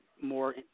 more